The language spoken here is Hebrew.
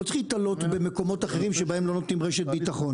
לא צריך להיתלות במקומות אחרים שבהם לא נותנים רשת ביטחון.